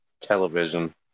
Television